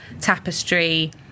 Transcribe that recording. tapestry